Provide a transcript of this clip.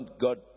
God